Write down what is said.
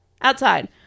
Outside